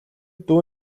дүү